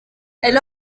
elle